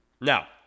Now